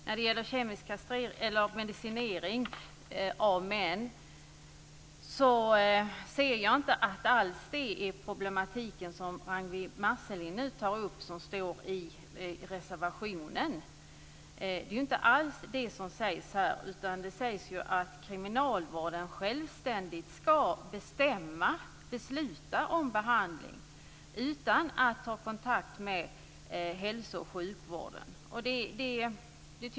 När det gäller medicinering av män ser jag inte alls att det som Ragnwi Marcelind nu tar upp är den problematik som behandlas i reservationen. Där sägs att kriminalvården självständigt ska besluta om behandling utan att ta kontakt med hälso och sjukvården.